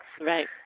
Right